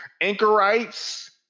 Anchorites